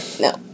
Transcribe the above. No